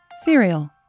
Cereal